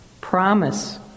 promise